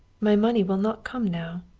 my money will not come now.